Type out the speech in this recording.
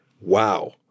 wow